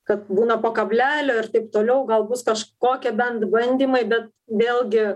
kad būna po kablelio ir taip toliau gal bus kažkokie bent bandymai bet vėlgi